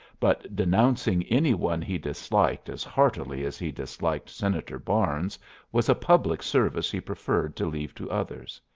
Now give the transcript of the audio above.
but denouncing any one he disliked as heartily as he disliked senator barnes was a public service he preferred to leave to others.